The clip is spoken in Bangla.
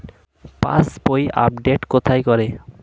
পাসবই আপডেট কোথায় করে?